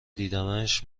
دیدمش